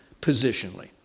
positionally